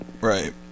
Right